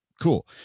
Cool